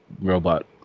robot